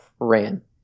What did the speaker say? ran